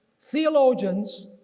theologians,